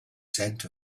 scent